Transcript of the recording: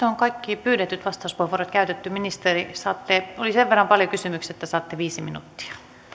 on kaikki pyydetyt vastauspuheenvuorot käytetty ministeri oli sen verran paljon kysymyksiä että saatte viisi minuuttia